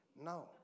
No